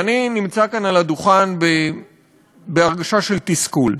ואני נמצא כאן על הדוכן בהרגשה של תסכול,